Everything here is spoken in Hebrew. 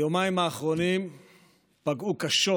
היומיים האחרונים פגעו קשות